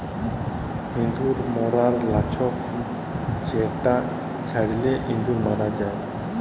ইঁদুর ম্যরর লাচ্ক যেটা ছড়ালে ইঁদুর ম্যর যায়